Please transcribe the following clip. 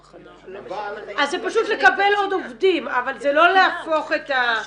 אבל -- אז זה פשוט שתקבל עוד עובדים אבל זה לא להפוך את ה- -- לא,